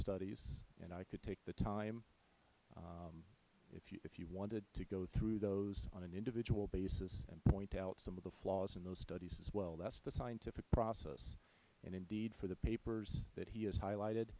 studies and i could take the time if you wanted to go through those on an individual basis and point out some of the flaws in those studies as well that is the scientific process and indeed for the papers that he has highlighted